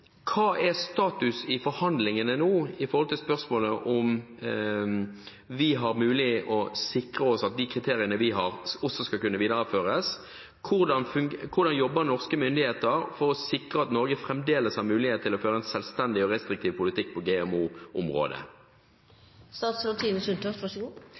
om vi har mulighet til å sikre oss at de kriteriene vi har, også skal kunne videreføres? Hvordan jobber norske myndigheter for å sikre at Norge fremdeles har mulighet til å føre en selvstendig og restriktiv politikk på